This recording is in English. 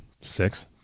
Six